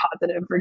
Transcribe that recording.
positive